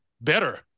better